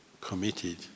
committed